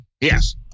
Yes